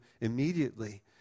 immediately